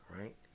Right